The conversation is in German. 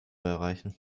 erreichen